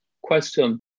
question